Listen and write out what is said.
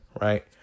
right